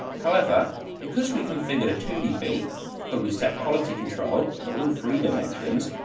however because we configured a two d beep but we set quality control for all three dimensions,